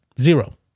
zero